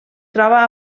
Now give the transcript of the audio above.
troba